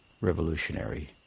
revolutionary